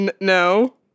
No